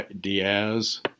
Diaz